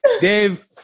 Dave